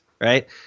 right